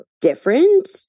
Different